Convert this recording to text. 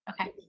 Okay